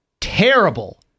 terrible